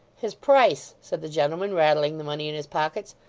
his price said the gentleman, rattling the money in his pockets,